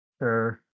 Sure